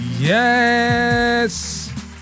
Yes